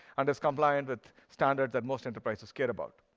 and is compliant with standards that most enterprises care about.